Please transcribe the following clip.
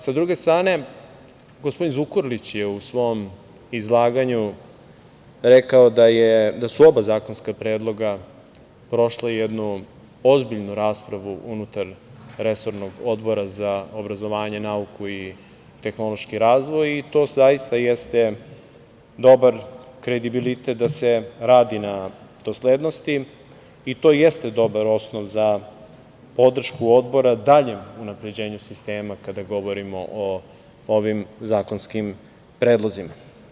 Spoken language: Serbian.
Sa druge strane, gospodin Zukorlić je u svom izlaganju rekao da su oba zakonska predloga prošla jednu ozbiljnu raspravu unutar resornog Odbora za obrazovanje, nauku i tehnološki razvoj i to zaista jeste dobar kredibilitet da se radi na doslednosti i to i jeste dobar osnov za podršku Odbora daljem unapređenju sistema kada govorimo o ovim zakonskim predlozima.